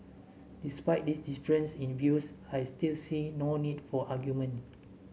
despite this difference in views I still seeing no need for argument